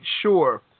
sure